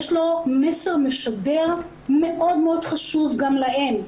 יש לו מסר משדר מאוד מאוד חשוב גם להן,